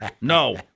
No